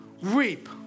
reap